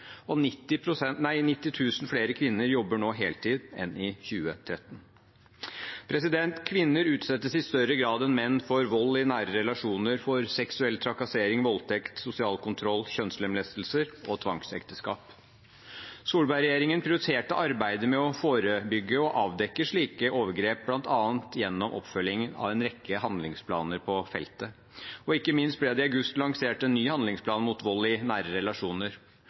og 90 000 flere kvinner jobber nå heltid enn i 2013. Kvinner utsettes i større grad enn menn for vold i nære relasjoner, for seksuell trakassering, voldtekt, sosial kontroll, kjønnslemlestelser og tvangsekteskap. Solberg-regjeringen prioriterte arbeidet med å forebygge og avdekke slike overgrep, bl.a. gjennom oppfølgingen av en rekke handlingsplaner på feltet. Ikke minst ble det i august lansert en ny handlingsplan mot vold i nære relasjoner.